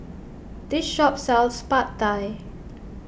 this shop sells Pad Thai